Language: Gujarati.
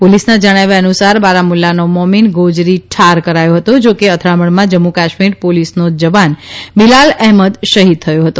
પોલીસના જણાવ્યા અનુસાર બારામુલ્લાનો મોમીન ગોજરી ઠાર કરાયો હતો જા કે અથડામણમાં જમ્મુ કાશ્મીર પોલીસનો જવાન બિલાલ અહેમદ શહીદ થયો હતો